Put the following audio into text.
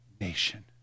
nation